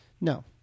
No